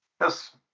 Yes